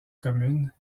commune